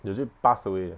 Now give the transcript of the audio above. legit pass away eh